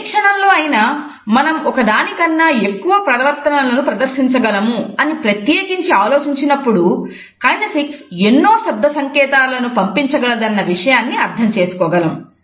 ఏ క్షణంలో అయినా మనం ఒకదానికన్నా ఎక్కువ ప్రవర్తనలను ప్రదర్శించగలము అని ప్రత్యేకించి ఆలోచించినప్పుడు కైనేసిక్స్ ఎన్నో శబ్ద సంకేతాలను పంపించగలదన్న విషయాన్ని అర్థం చేసుకోగలము